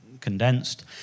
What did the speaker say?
condensed